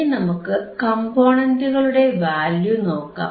ഇനി നമുക്ക് കംപോണന്റുകളുടെ വാല്യൂ നോക്കാം